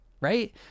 right